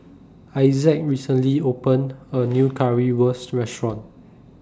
Isaak recently opened A New Currywurst Restaurant